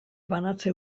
banatze